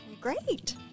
Great